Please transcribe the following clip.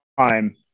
time